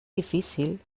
difícil